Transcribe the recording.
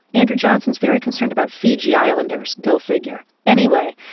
andrew johnson is very concerned about fiji islanders, go figure. anyway,